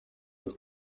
ati